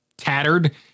tattered